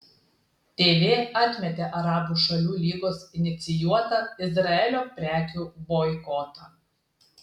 tv atmetė arabų šalių lygos inicijuotą izraelio prekių boikotą